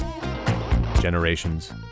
Generations